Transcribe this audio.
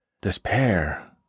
despair